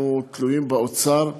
אנחנו תלויים באוצר,